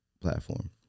platform